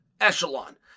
echelon